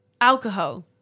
Alcohol